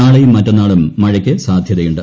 നാളെയും മറ്റന്നാളും മഴയ്ക്ക് സാധ്യതയുണ്ട്